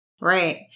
Right